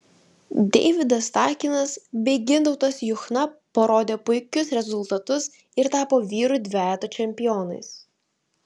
deividas takinas bei gintautas juchna parodė puikius rezultatus ir tapo vyrų dvejeto čempionais